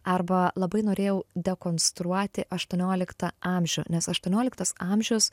arba labai norėjau dekonstruoti aštuonioliktą amžių nes aštuonioliktas amžius